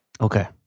Okay